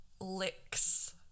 licks